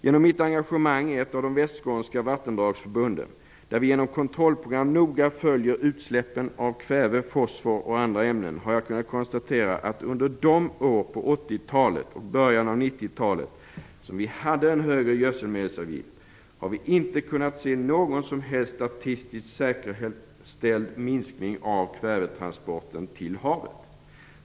Genom mitt engagemang i ett av de västskånska vattenvårdsförbunden, där vi genom kontrollprogram noga följer utsläppen av kväve, fosfor och många andra ämnen, har jag kunnat konstatera att under de år på 80-talet och början av 90-talet som vi hade en högre gödselmedelsavgift har vi inte kunnat se någon som helst statistiskt säkerställd minskning av kvävetransporten till havet.